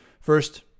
First